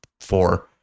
four